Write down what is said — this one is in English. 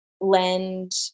lend